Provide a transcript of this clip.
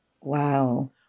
Wow